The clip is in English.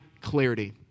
clarity